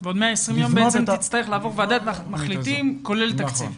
לבנות --- ובעוד 120 יום בעצם תצטרך לעבור ועדת מחליטים כולל תקציב.